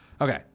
Okay